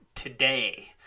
today